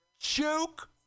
Joke